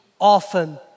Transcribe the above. often